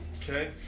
Okay